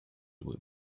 would